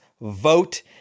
vote